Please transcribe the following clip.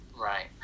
Right